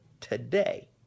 today